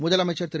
முதலமைச்சர் திரு